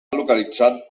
localitzat